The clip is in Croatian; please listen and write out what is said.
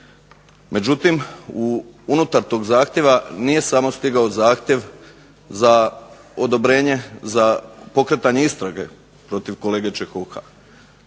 Međutim, unutar tog zahtjeva nije samo stigao zahtjev za odobrenje za pokretanje istrage protiv kolege Čehoka.